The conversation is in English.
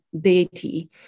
deity